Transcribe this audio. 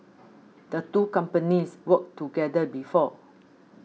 the two companies worked together before